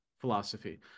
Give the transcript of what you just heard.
philosophy